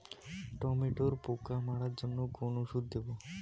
টমেটোর পোকা মারার জন্য কোন ওষুধ দেব?